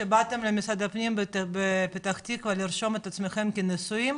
שבאתם למשרד הפנים בפתח תקווה לרשום את עצמכם כנשואים,